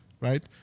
right